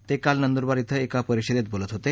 ते काल नंदूरबार इथं एका परिषदेत बोलत होते